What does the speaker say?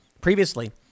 Previously